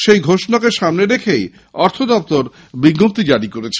সেই ঘোষণা কে সামনে রেখেই অর্থ দপ্তর বিজ্ঞপ্তি জারি করেছে